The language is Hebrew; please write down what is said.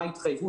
מה ההתחייבות,